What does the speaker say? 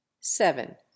seven